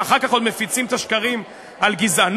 ואחר כך עוד מפיצים את השקרים על גזענות,